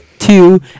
Two